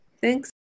Thanks